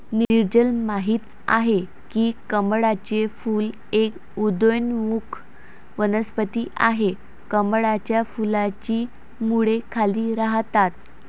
नीरजल माहित आहे की कमळाचे फूल एक उदयोन्मुख वनस्पती आहे, कमळाच्या फुलाची मुळे खाली राहतात